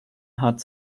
hat